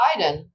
Biden